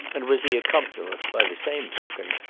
and was the accompaniment, by the same token,